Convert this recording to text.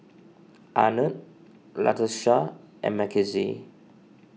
Arnett Latasha and Mckenzie